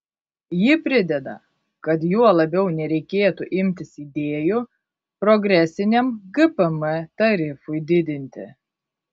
ji prideda kad juo labiau nereikėtų imtis idėjų progresiniam gpm tarifui didinti